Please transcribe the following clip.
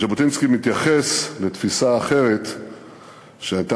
ז'בוטינסקי מתייחס לתפיסה אחרת שהייתה